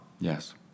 Yes